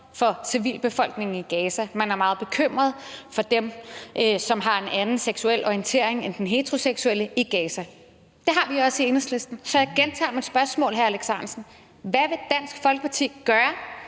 for civilbefolkningen i Gaza, og at man er meget bekymret for dem, som har en anden seksuel orientering end den heteroseksuelle i Gaza. Det er vi også i Enhedslisten, så jeg gentager mit spørgsmål, hr. Alex Ahrendtsen: Hvad vil Dansk Folkeparti gøre